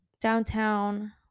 downtown